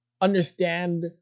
understand